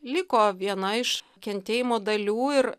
liko viena iš kentėjimo dalių ir